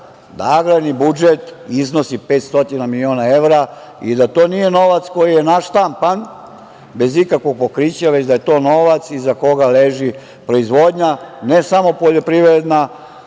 da agrarni budžet iznosi 500 miliona evra i da to nije novac koji je naštampan bez ikakvog pokrića već da je to novac iza koga leži proizvodnja ne samo poljoprivredna,